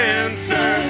answer